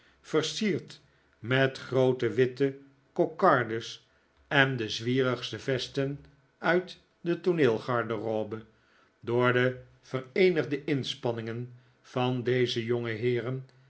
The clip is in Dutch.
versierd met groote witte kokardes en de zwierigste vesten uit de tooneelgarderobe door de vereenigde inspanrtingen van deze